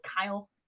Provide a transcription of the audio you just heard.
kyle